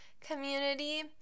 community